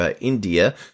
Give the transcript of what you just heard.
india